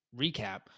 recap